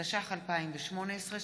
התשע"ח 2018,